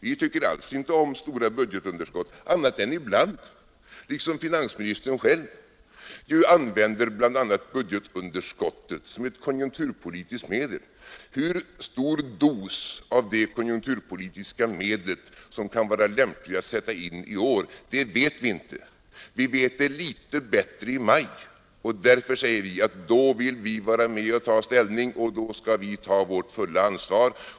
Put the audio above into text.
Vi tycker inte alls om stora budgetunderskott annat än ibland, precis som finansministern själv som då och då använder budgetunderskottet som ett konjunkturpolitiskt medel. Hur stor dos av det konjunkturpolitiska medlet som kan vara lämplig att sätta in i år vet vi inte. Vi vet något mera om detta i maj, och då vill vi vara med och ta ställning och ta vårt fulla ansvar.